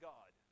God